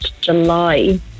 July